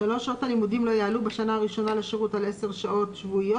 שעות הלימודים לא יעלו בשנה הראשונה לשירות על 10 שעות שבועיות,